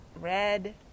red